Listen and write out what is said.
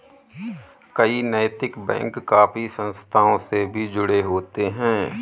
कई नैतिक बैंक काफी संस्थाओं से भी जुड़े होते हैं